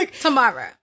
tomorrow